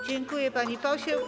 Dziękuję, pani poseł.